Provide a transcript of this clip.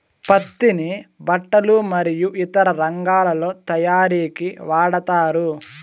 పత్తిని బట్టలు మరియు ఇతర రంగాలలో తయారీకి వాడతారు